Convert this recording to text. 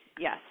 Yes